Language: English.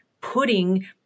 putting